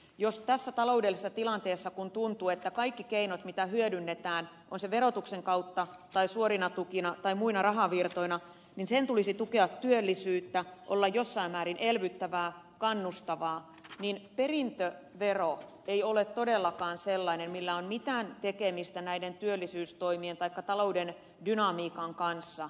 jos tässä taloudellisessa tilanteessa kun tuntuu että kaikkien keinojen mitä hyödynnetään ovat ne verotuksen kautta tai suorina tukina tai muina rahavirtoina tulisi tukea työllisyyttä olla jossain määrin elvyttävää kannustavaa niin perintövero ei ole todellakaan sellainen jolla on mitään tekemistä näiden työllisyystoimien taikka talouden dynamiikan kanssa